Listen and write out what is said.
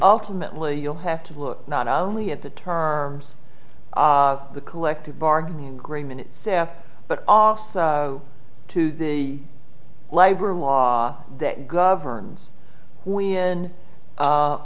ultimately you'll have to look not only at the terms of the collective bargaining agreement itself but also to the labor law that governs when